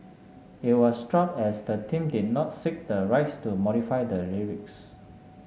it was dropped as the team did not seek the rights to modify the lyrics